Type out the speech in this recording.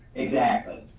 exactly.